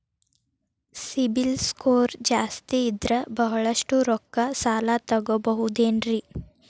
CIBIL score ಜಾಸ್ತಿ ಇದ್ರ ಬಹಳಷ್ಟು ರೊಕ್ಕ ಸಾಲ ತಗೋಬಹುದು ಏನ್ರಿ?